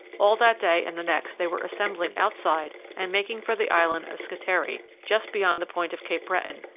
all that day and the next they were assembling outside and making for the island of scatari, just beyond the point of cape breton,